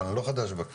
אבל אני לא חדש בכנסת,